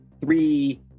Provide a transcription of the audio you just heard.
three